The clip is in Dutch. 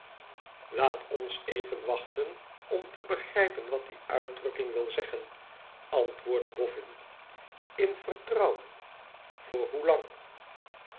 ilaat ons even wachten om te begrijpen wat die uitdrukking wil zeggen antwoordde boffin tin vertrouwen voor hoelang